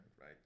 right